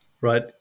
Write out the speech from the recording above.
Right